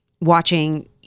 watching